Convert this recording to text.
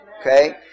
Okay